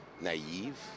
naive